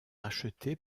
racheté